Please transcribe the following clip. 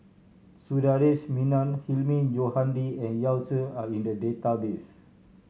Sundaresh Menon Hilmi Johandi and Yao Zi are in the database